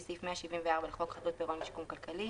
סעיף 174 לחוק חדלות פירעון ושיקום כלכלי,